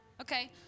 okay